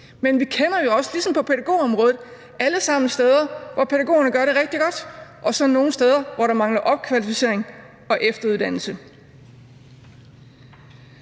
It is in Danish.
på pædagogområdet, alle sammen steder, hvor pædagogerne gør det rigtig godt og så er der nogle steder, hvor der mangler opkvalificering og efteruddannelse.